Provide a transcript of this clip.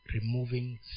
removing